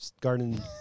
garden